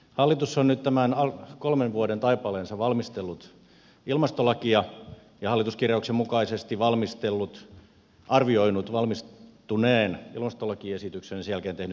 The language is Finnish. hallitus on nyt tämän kolmen vuoden taipaleensa valmistellut ilmastolakia ja hallituskirjauksen mukaisesti arvioinut valmistuneen ilmastolakiesityksen ja sen jälkeen tehnyt päätöksen